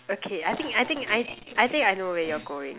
okay I think I think I think I think I know where you're going